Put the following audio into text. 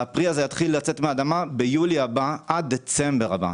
והפרי הזה יתחיל לצאת מהאדמה ביולי הבא עד דצמבר הבא.